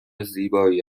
زیبایی